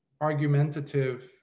argumentative